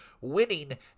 winning